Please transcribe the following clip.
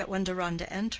yet when deronda entered,